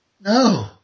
No